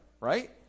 right